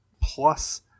plus